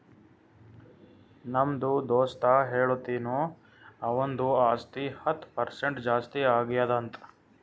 ನಮ್ದು ದೋಸ್ತ ಹೇಳತಿನು ಅವಂದು ಆಸ್ತಿ ಹತ್ತ್ ಪರ್ಸೆಂಟ್ ಜಾಸ್ತಿ ಆಗ್ಯಾದ್ ಅಂತ್